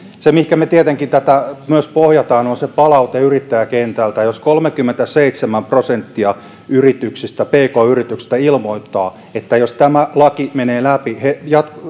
se mihinkä me tietenkin tätä myös pohjaamme on palaute yrittäjäkentältä jos kolmekymmentäseitsemän prosenttia pk yrityksistä ilmoittaa että jos tämä laki menee läpi he